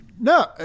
No